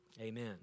Amen